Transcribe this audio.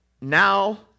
now